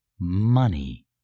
money